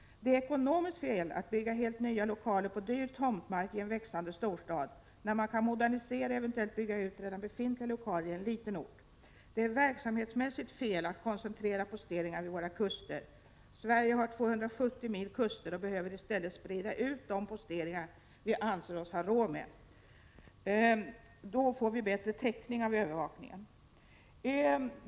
Det är ekonomiskt fel att bygga helt nya lokaler på dyr tomtmark i en växande storstad, när man kan modernisera eller eventuellt bygga ut redan befintliga lokaler i en liten ort. 7 Det är verksamhetsmässigt fel att koncentrera posteringar vid våra kuster. Sverige har 270 mil kuster och behöver i stället sprida ut de posteringar vi anser oss ha råd med. Då får vi en bättre täckning när det gäller övervakningen.